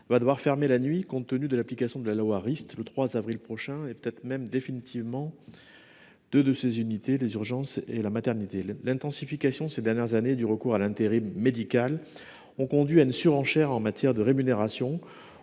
Va devoir fermer la nuit. Compte tenu de l'application de la loi Rist le 3 avril prochain et peut-être même définitivement. De de ses unités, les urgences et la maternité, l'intensification ces dernières années du recours à l'intérim médical ont conduit à une surenchère en matière de rémunération.